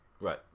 Right